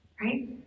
right